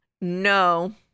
No